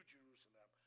Jerusalem